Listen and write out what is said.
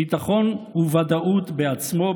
ביטחון וודאות בעצמו,